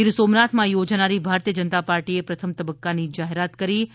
ગીર સોમનાથમાં યોજાનારી ભારતીય જનતા પાર્ટીએ પ્રથમ તબક્કાની જાહેરાત કરી છે